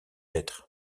être